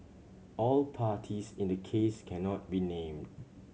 all parties in the case cannot be named